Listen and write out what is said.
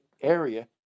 area